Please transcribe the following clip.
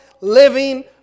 living